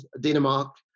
Denmark